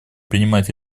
принимать